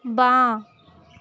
বাঁ